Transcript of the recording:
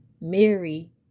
Mary